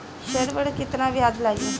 ऋण पर केतना ब्याज लगी?